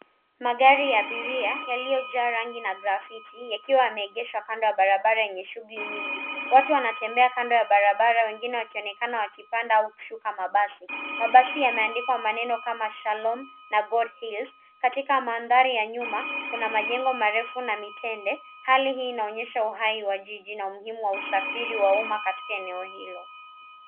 Magari ya abiria yaliyojaa rangi na graffiti yakiwa yameegeshwa kando ya barabara yenye shughuli nyingi. Watu wanatembea kando ya barabara wengine wakionekana wakipanda au kushuka mabasi. Mabasi yameandikwa maneno kama, shalom na God heals. Katika mandhari ya nyuma kuna majengo marefu na mitende. Hali hii inaonyesha uhai wa jiji na umuhimu wa usafiri wa umma katika eneo hilo.